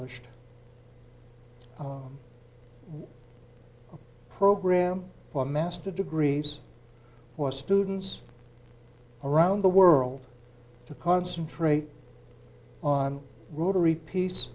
lished program for master degrees for students around the world to concentrate on rotary peace